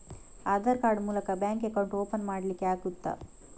Aadhaar card ಮೂಲಕ bank account open ಮಾಡಲಿಕ್ಕೆ ಆಗುತಾ?